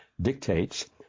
dictates